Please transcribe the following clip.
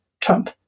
Trump